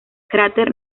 cráter